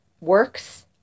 works